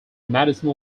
madison